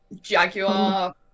jaguar